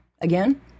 again